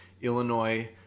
Illinois